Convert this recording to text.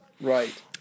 Right